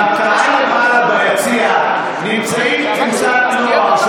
בקהל למעלה ביציע נמצאת קבוצת נוער,